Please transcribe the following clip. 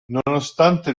nonostante